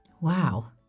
Wow